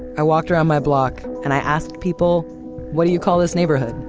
i walked around my block and i asked people what do you call this neighborhood?